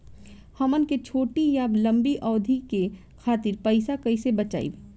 हमन के छोटी या लंबी अवधि के खातिर पैसा कैसे बचाइब?